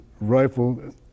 rifle